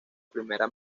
primera